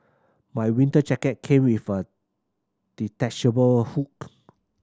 my winter jacket came with a detachable hood